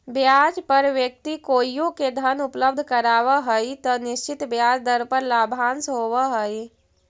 ब्याज पर व्यक्ति कोइओ के धन उपलब्ध करावऽ हई त निश्चित ब्याज दर पर लाभांश होवऽ हई